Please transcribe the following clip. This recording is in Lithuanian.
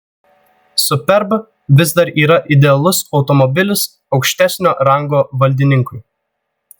superb vis dar yra idealus automobilis aukštesnio rango valdininkui